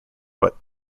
but